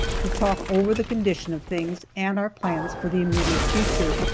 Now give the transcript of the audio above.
to talk over the condition of things and our plans for the immediate future.